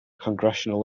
congressional